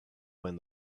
when